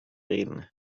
reden